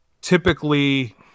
typically